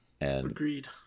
Agreed